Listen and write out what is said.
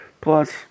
plus